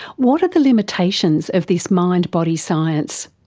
what are the limitations of this mind body science?